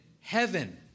heaven